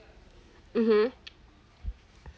mmhmm